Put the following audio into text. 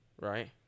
right